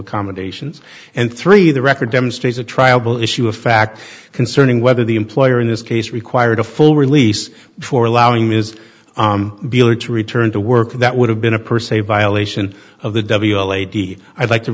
accommodations and three the record demonstrates a trial bill if she were a fact concerning whether the employer in this case required a full release before allowing ms beeler to return to work that would have been a per se violation of the lady i'd like to